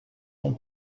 l’on